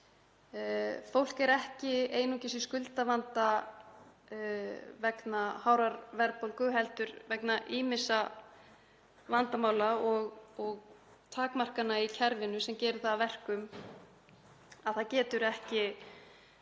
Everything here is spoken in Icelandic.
Fólk er ekki einungis í skuldavanda vegna hárrar verðbólgu heldur vegna ýmissa vandamála og takmarkana í kerfinu sem gera það að verkum að það getur ekki